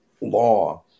law